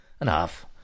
Enough